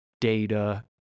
data